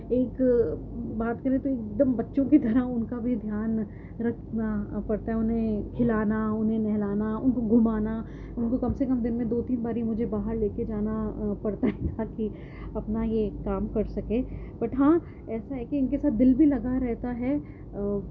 ایک بات کریں تو ایک دم بچوں کی طرح ان کا بھی دھیان رکھنا پڑتا ہے انہیں کھلانا انہیں نہلانا ان کو گھمانا ان کو کم سے کم دن میں دو تین باری مجھے باہر لے کے جانا پڑتا ہے تاکہ اپنا یہ کام کر سکیں بٹ ہاں ایسا ہے کہ ان کے ساتھ دل بھی لگا رہتا ہے